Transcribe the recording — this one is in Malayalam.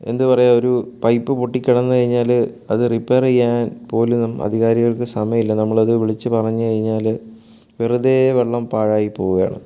എന്തുപറയാൻ ഒരു പൈപ്പ് പൊട്ടി കിടന്നുകഴിഞ്ഞാൽ അതു റിപ്പയർ ചെയ്യാൻ പോലും അധികാരികൾക്ക് സമയമില്ല നമ്മളത് വിളിച്ചു പറഞ്ഞുകഴിഞ്ഞാൽ വെറുതെ വെള്ളം പാഴായിപ്പോവുകയാണ്